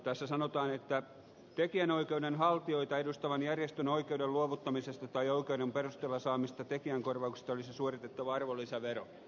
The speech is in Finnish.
tässä sanotaan että tekijänoikeuden haltijoita edustavan järjestön oikeuden luovuttamisesta tai oikeuden perusteella saamista tekijänkorvauksista olisi suoritettava arvonlisäveroa